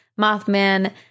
mothman